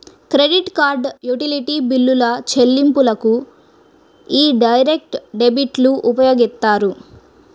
credit card, utility బిల్లుల చెల్లింపులకు యీ డైరెక్ట్ డెబిట్లు ఉపయోగిత్తారు